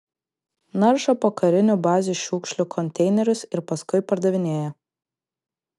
naršo po karinių bazių šiukšlių konteinerius ir paskui pardavinėja